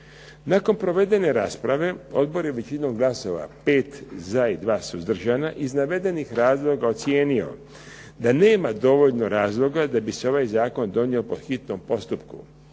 Nakon provedene rasprave odbor je većinom glasova, 5 za i 2 suzdržana iz navedenih razloga ocijenio da nema dovoljno razloga da bi se ovaj zakon donio po hitnom postupku,